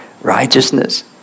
righteousness